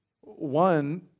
One